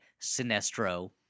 Sinestro